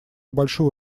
большую